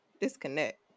disconnect